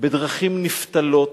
בדרכים נפתלות.